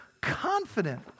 confident